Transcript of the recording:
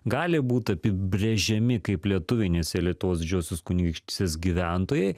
gali būt apibrėžiami kaip lietuviai nes lietuvos didžiosios kunigaikštystės gyventojai